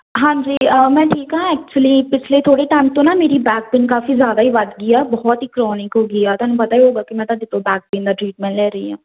ਹਾਂਜੀ ਮੈਂ ਠੀਕ ਹਾਂ ਐਕਚੁਲੀ ਪਿਛਲੇ ਥੋੜ੍ਹੇ ਟਾਈਮ ਤੋਂ ਨਾ ਮੇਰੀ ਬੈਕ ਪੇਨ ਕਾਫੀ ਜ਼ਿਆਦਾ ਹੀ ਵੱਧ ਗਈ ਆ ਬਹੁਤ ਹੀ ਕਰੋਨਿਕ ਹੋ ਗਈ ਆ ਤੁਹਾਨੂੰ ਪਤਾ ਹੀ ਹੋਉਂਗਾ ਕਿ ਮੈਂ ਤੁਹਾਡੇ ਤੋਂ ਬੈਕ ਪੇਨ ਦਾ ਟਰੀਟਮੈਂਟ ਲੈ ਰਹੀ ਹਾਂ